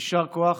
יישר כוח